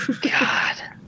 God